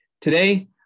Today